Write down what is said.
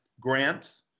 grants